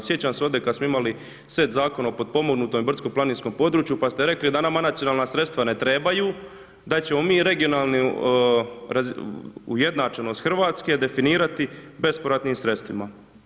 Sjećam se ovdje kad smo imali set zakona o potpomognutom i brdsko planinskom području, pa ste rekli da nama nacionalna sredstva ne trebaju, da ćemo mi regionalnu ujednačenost Hrvatske definirati bespovratnim sredstvima.